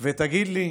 / ותגיד לי: